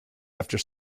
after